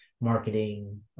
marketing